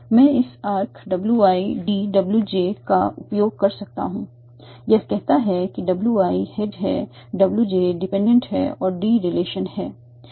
मैं इस arc w i d w j का उपयोग कर सकता हूं यह कहता है कि w i हेड है w j डिपेंडेंट है और d रिलेशन है